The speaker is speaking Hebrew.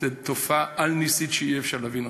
זו תופעה על-נסית שאי-אפשר להבין אותה.